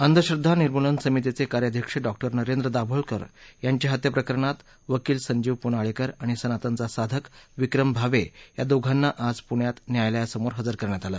अंधश्रद्वा निर्मूलन समितीचे कार्याध्यक्ष डॉक्टर नरेंद्र दाभोलकर यांच्या हत्या प्रकरणात वकील संजीव पुनाळेकर आणि सनातनचा साधक विक्रम भावे या दोघांना आज पूण्यात न्यायालयासमोर हजर करण्यात आलं